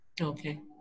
Okay